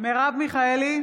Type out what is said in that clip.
מרב מיכאלי,